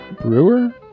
Brewer